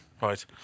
Right